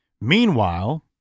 Meanwhile